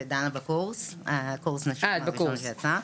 ודנה בקורס הנשים הראשון שיצא,